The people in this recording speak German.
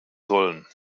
sollen